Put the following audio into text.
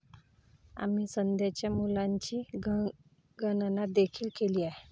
आम्ही सध्याच्या मूल्याची गणना देखील केली आहे